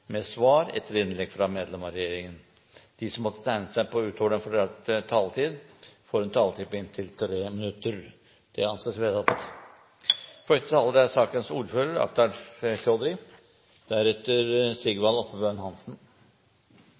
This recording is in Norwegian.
med svar etter innlegg fra medlem av regjeringen innenfor den fordelte taletid. Videre blir det foreslått at de som måtte tegne seg på talerlisten utover den fordelte taletid, får en taletid på inntil 3 minutter. – Det anses vedtatt. Hovedmålet med den sivile verneplikten er